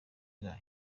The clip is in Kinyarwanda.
nka